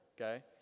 okay